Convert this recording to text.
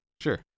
sure